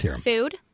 Food